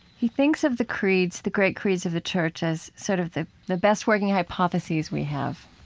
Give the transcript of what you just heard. he thinks of the creeds the great creeds of the church as sort of the the best working hypothesis we have.